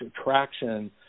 attraction